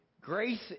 Grace